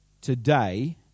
today